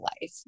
life